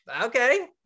okay